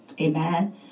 Amen